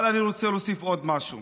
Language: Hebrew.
אבל אני רוצה להוסיף עוד משהו: